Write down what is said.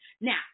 Now